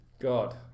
God